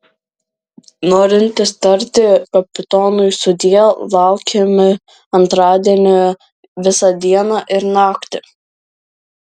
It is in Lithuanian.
norintys tarti kapitonui sudie laukiami antradienį visą dieną ir naktį